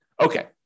Okay